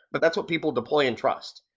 but that's what people deploy and trust.